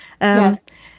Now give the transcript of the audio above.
Yes